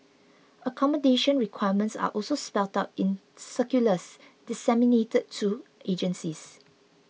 accommodation requirements are also spelt out in circulars disseminated to agencies